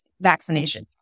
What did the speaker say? vaccination